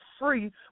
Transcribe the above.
free